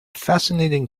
fascinating